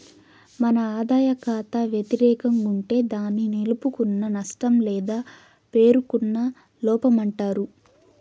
మన ఆదాయ కాతా వెతిరేకం గుంటే దాన్ని నిలుపుకున్న నష్టం లేదా పేరుకున్న లోపమంటారు